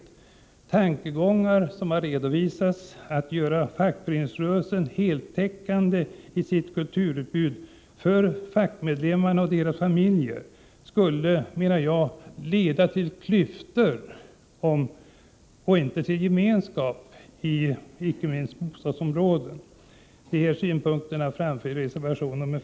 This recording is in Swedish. De tankegångar som har redovisats — det handlar om att göra fackföreningsrörelsen heltäckande när det gäller dess kulturutbud för fackmedlemmarna och deras familjer — skulle, menar jag, leda till klyftor och inte till gemenskap i bostadsområden för icke-medlemmar. Dessa synpunkter framför vi i reservation 15.